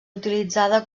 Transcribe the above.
utilitzada